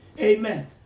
Amen